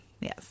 Yes